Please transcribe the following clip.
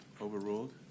Overruled